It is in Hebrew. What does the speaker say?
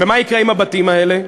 ומה יקרה עם הבתים האלה?